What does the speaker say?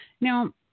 Now